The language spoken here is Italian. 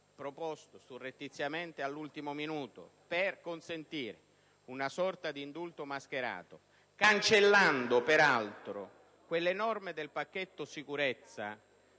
proposto surrettiziamente all'ultimo minuto per consentire una sorta di indulto mascherato (cancellando peraltro quelle norme del pacchetto sicurezza